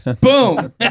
Boom